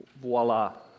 Voila